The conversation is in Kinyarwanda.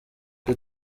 twe